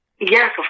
Yes